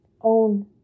Own